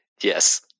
Yes